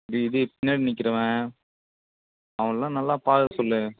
இது இது பின்னாடி நிக்கிறவன் அவனெலாம் நல்லா பார்க்க சொல்லு